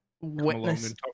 witness